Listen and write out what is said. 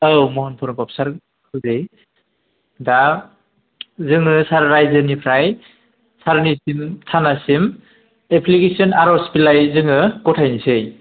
औ महनफुर बकसारफुरि दा जोङो सार रायजोनिफ्राय सारनि थानासिम एप्लिकेसन आर'ज बिलाइ जोङो गथायनोसै